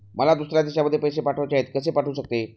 मला दुसऱ्या देशामध्ये पैसे पाठवायचे आहेत कसे पाठवू शकते?